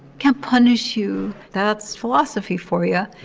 can't punish you. that's philosophy for you.